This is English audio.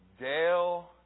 Dale